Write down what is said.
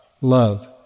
love